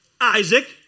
Isaac